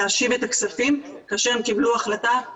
יש פה עוד אנשים שיכולים להיפגע מהחלטה?